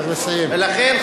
לכן,